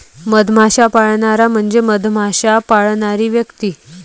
मधमाश्या पाळणारा म्हणजे मधमाश्या पाळणारी व्यक्ती